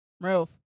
move